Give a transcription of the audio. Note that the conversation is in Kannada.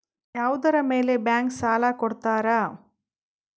ಯಾವುದರ ಮೇಲೆ ಬ್ಯಾಂಕ್ ಸಾಲ ಕೊಡ್ತಾರ?